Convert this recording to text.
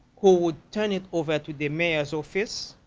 who would turn it over to the mayor's office